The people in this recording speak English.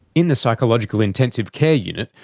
in the psychological intensive care unit,